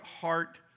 heart